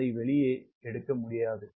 அதை வெளியே எடுக்க முடியாது